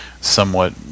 somewhat